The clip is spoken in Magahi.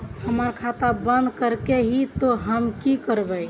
हमर खाता बंद करे के है ते हम की करबे?